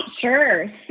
sure